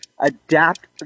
adapt